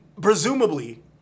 presumably